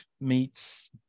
meets